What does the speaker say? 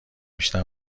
بیشتر